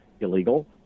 illegal